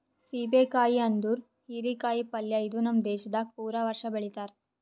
ಸೀಬೆ ಕಾಯಿ ಅಂದುರ್ ಹೀರಿ ಕಾಯಿ ಪಲ್ಯ ಇದು ನಮ್ ದೇಶದಾಗ್ ಪೂರಾ ವರ್ಷ ಬೆಳಿತಾರ್